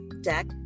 Deck